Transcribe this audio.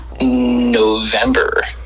November